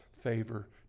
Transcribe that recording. favor